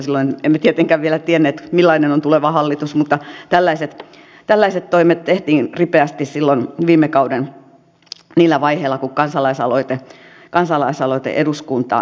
silloin emme tietenkään vielä tienneet millainen on tuleva hallitus mutta tällaiset toimet tehtiin ripeästi silloin viime kauden niillä vaiheilla kun kansalaisaloite eduskuntaan tuli